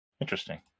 Interesting